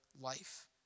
life